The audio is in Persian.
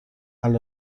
علی